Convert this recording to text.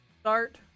start